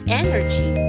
energy